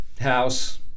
house